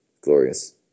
Glorious